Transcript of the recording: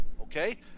Okay